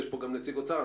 יש פה גם נציג אוצר,